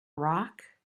rock